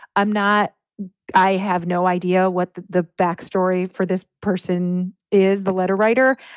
i'm not i have no idea what the the backstory for this person is, the letter writer.